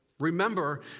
Remember